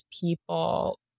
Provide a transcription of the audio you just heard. people